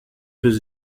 his